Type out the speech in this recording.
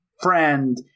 friend